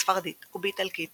בספרדית ובאיטלקית